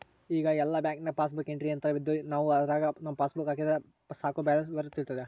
ಈಗ ಎಲ್ಲ ಬ್ಯಾಂಕ್ನಾಗ ಪಾಸ್ಬುಕ್ ಎಂಟ್ರಿ ಯಂತ್ರವಿದ್ದು ನಾವು ಅದರಾಗ ನಮ್ಮ ಪಾಸ್ಬುಕ್ ಹಾಕಿದರೆ ಸಾಕು ಬ್ಯಾಲೆನ್ಸ್ ವಿವರ ತಿಳಿತತೆ